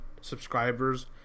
subscribers